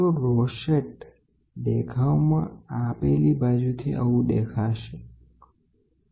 તો રોસેટ દેખાવમાં આપેલી બાજુથી આવું દેખાશે અને આ બાજુથી તે કોઇ ખૂણે દેખાશે